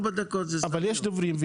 אבל יש דוברים,